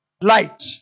light